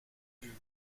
fume